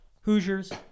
Hoosiers